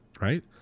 right